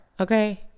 okay